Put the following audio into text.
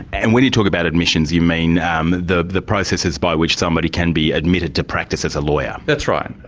and when you talk about admissions, you mean um the the processes by which somebody can be admitted to practice as a lawyer. that's right.